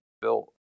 built